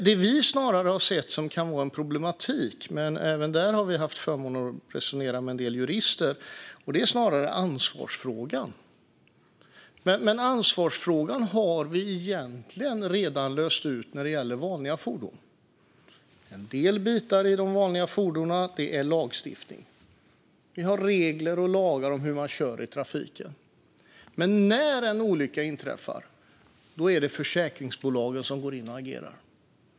Det vi har sett som kan vara en problematik - även här har vi dock haft förmånen att resonera med en del jurister - är snarare ansvarsfrågan. Ansvarsfrågan har vi dock egentligen redan löst när det gäller vanliga fordon. En del bitar när det gäller de vanliga fordonen handlar om lagstiftning; vi har regler och lagar om hur man kör i trafiken. Men när en olycka inträffar är det försäkringsbolagen som går in och agerar.